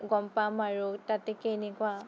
গম পাম আৰু তাতে কেনেকুৱা